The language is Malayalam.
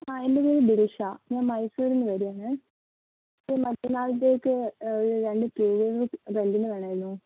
ആ എൻ്റെ പേര് ഗിരിഷ ഞാൻ മൈസൂരിൽ നിന്ന് വരുകയാണേ എനിക്ക് മറ്റന്നാളത്തേക്ക് ഒരു രണ്ടു ടി വി എസ് റെൻറ്റിന് വേണമായിരുന്നു